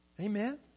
Amen